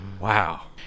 Wow